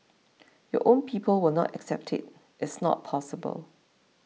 your own people will not accept it it's not possible